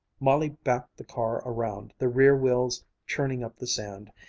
molly backed the car around, the rear wheels churning up the sand,